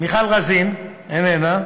מיכל רוזין, איננה,